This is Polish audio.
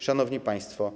Szanowni Państwo!